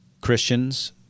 Christians